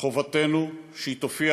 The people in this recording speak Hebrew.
חובתנו שהיא תופיע